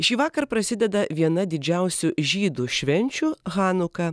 šįvakar prasideda viena didžiausių žydų švenčių hanuka